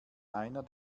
einer